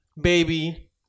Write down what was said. baby